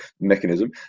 mechanism